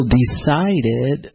decided